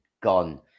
gone